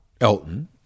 Elton